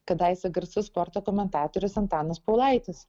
kadaise garsus sporto komentatorius antanas paulaitis